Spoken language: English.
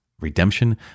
redemption